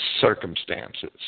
circumstances